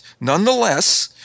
nonetheless